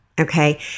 okay